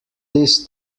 this